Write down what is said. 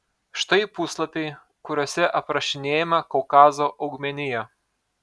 štai puslapiai kuriuose aprašinėjama kaukazo augmenija